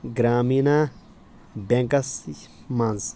Grameena banks منٛز